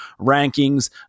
rankings